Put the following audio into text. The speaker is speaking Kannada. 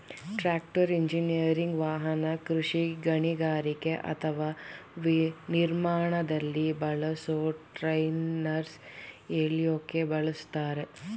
ಟ್ರಾಕ್ಟರ್ ಇಂಜಿನಿಯರಿಂಗ್ ವಾಹನ ಕೃಷಿ ಗಣಿಗಾರಿಕೆ ಅಥವಾ ನಿರ್ಮಾಣದಲ್ಲಿ ಬಳಸೊ ಟ್ರೈಲರ್ನ ಎಳ್ಯೋಕೆ ಬಳುಸ್ತರೆ